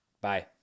Bye